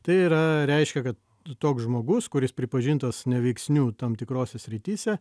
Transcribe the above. tai yra reiškia kad toks žmogus kuris pripažintas neveiksniu tam tikrose srityse